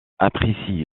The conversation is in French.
apprécie